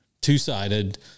two-sided